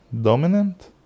dominant